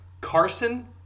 Carson